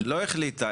--- לא החליטה.